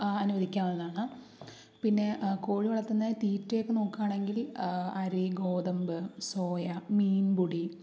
അനുവദിക്കാവുന്നതാണ് പിന്നെ കോഴിവളർത്തുന്നത് തീറ്റയൊക്കെ നോക്കുകയാണെങ്കിൽ അരി ഗോതമ്പ് സോയ മീൻപൊടി